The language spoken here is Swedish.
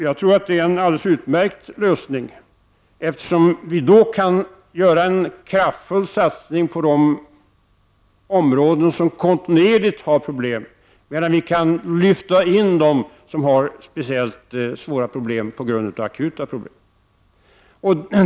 Jag tror att det är en utmärkt lösning, eftersom vi då kan göra en kraftfull satsning på de områden som kontinuerligt har problem, men även lyfta in dem som hamnar i en svår situation på grund av akuta problem.